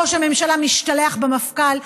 שבה ראש הממשלה משתלח במפכ"ל,